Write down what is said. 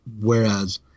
whereas